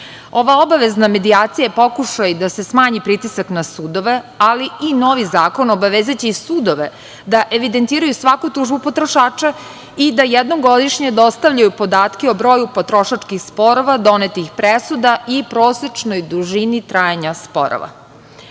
Ova obavezna medijacija je pokušaj da se smanji pritisak na sudove, ali i novi zakon obavezaće i sudove da evidentiraju svaku tužbu potrošača i da jednom godišnje dostavljaju podatke o broju potrošačkih sporova, donetih presuda i prosečnoj dužini trajanja sporova. Pored